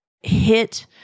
hit